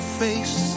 face